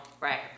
right